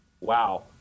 wow